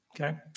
Okay